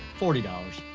forty dollars.